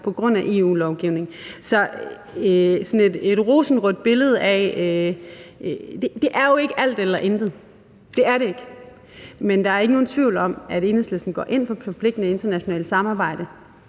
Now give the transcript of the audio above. på grund af EU-lovgivning. Så i forhold til det her rosenrøde billede vil jeg sige: Det er jo ikke alt eller intet, det er det ikke. Men der er ikke nogen tvivl om, at Enhedslisten går ind for forpligtende internationalt samarbejde,